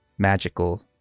Magical